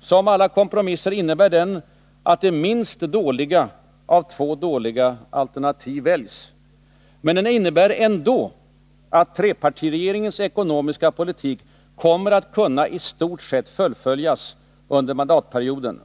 Som alla kompromisser innebär den att det minst dåliga av två dåliga alternativ väljs. Men den innebär ändå att trepartiregeringens ekonomiska politik kommer att kunna i stort sett fullföljas under mandatperioden.